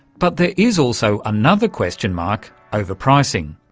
but there is also another question mark over pricing.